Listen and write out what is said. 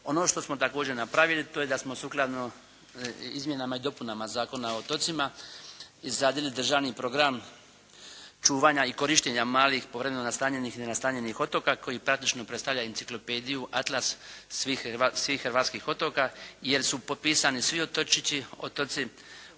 Ono što smo također napravili to je da smo sukladno izmjenama i dopunama Zakona o otocima izradili državni program čuvanja i korištenja malih, povremeno nastanjenih i nenastanjenih otoka koji praktično predstavlja enciklopediju, atlas svih hrvatskih otoka jer su potpisani svi otočići, otoci